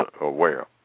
aware